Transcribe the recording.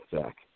Zach